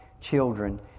children